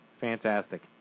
Fantastic